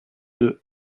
deux